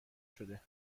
شده